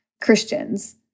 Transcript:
Christians